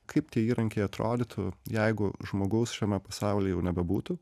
kaip tie įrankiai atrodytų jeigu žmogaus šiame pasaulyje jau nebebūtų